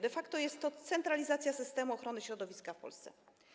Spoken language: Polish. De facto jest to centralizacja systemu ochrony środowiska w Polsce.